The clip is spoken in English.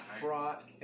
brought